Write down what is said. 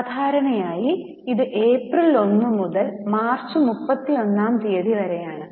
സാധാരണയായി ഇത് ഏപ്രിൽ ഒന്ന് മുതൽ മാർച്ച് മുപ്പത്തിയൊന്നാം തിയതി വരെയാണ്